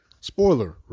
spoiler